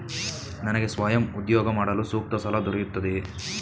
ನನಗೆ ಸ್ವಯಂ ಉದ್ಯೋಗ ಮಾಡಲು ಸೂಕ್ತ ಸಾಲ ದೊರೆಯುತ್ತದೆಯೇ?